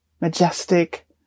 majestic